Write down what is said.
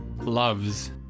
Loves